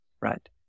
right